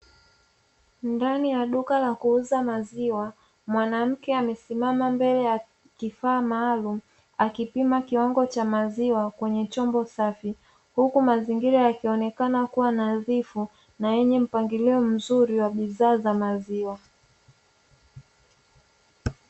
Ndani ya duka la kuuza maziwa mwanamke amesimama mbele ya kifaa maalumu, akipima kiwango cha maziwa kwenye chombo safi; huku mazingira yakionekana kua nadhifu na yenye mpangilio mzuri wa bidhaa za maziwa.